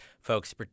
folks